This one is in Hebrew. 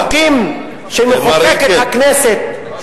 החוקים שמחוקקת הכנסת,